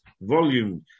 volume